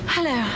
Hello